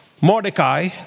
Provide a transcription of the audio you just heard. Mordecai